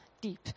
deep